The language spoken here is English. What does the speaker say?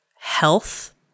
health